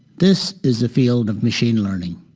this is a field of machine learning.